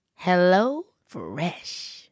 HelloFresh